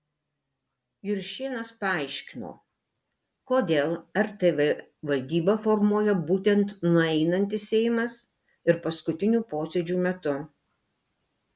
juršėnas paaiškino kodėl rtv valdybą formuoja būtent nueinantis seimas ir paskutinių posėdžių metu